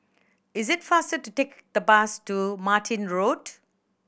is it faster to take the bus to Martin Road